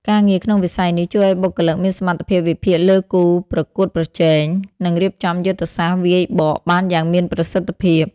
ការងារក្នុងវិស័យនេះជួយឱ្យបុគ្គលិកមានសមត្ថភាពវិភាគលើគូប្រកួតប្រជែង និងរៀបចំយុទ្ធសាស្ត្រវាយបកបានយ៉ាងមានប្រសិទ្ធភាព។